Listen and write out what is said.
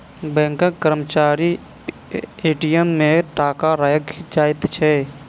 बैंकक कर्मचारी ए.टी.एम मे टाका राइख जाइत छै